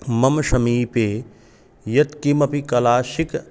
मम् समीपे यत्किमपि कलाशिक्